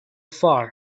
far